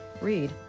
read